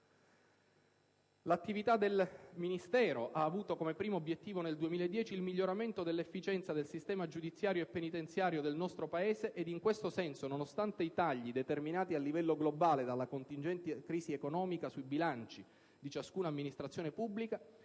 L'attività del Ministero ha avuto come primo obiettivo nel 2010 il miglioramento dell'efficienza del sistema giudiziario e penitenziario del nostro Paese, ed in questo senso, nonostante i tagli determinati a livello globale dalla contingente crisi economica sui bilanci di ciascuna amministrazione pubblica,